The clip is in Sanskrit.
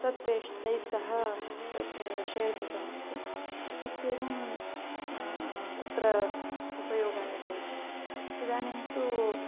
तत् तेश् तैः सह तत् शेर् कृतमस्ति इत्येवं तत्र उपयोगाय भवति इदानीं तु